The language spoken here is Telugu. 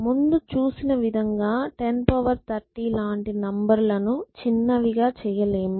ముందు చూసిన విధంగా 1030 లాంటి నెంబర్ లను చిన్నవి గా చేయలేము